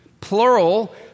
plural